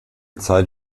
zeit